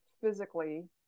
physically